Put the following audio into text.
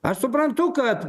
aš suprantu kad